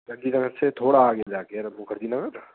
चंडीगढ़ से थोड़ा आगे जाकर है मुखर्जी नगर